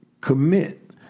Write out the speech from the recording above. commit